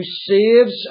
saves